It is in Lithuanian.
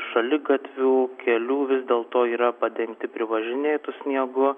šaligatvių kelių vis dėlto yra padengti privažinėtu sniegu